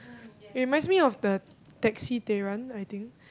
reminds me of the taxi they run I think